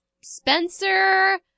Spencer